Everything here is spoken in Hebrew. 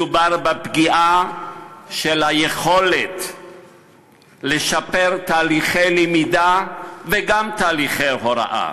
מדובר בפגיעה ביכולת לשפר תהליכי למידה וגם תהליכי הוראה,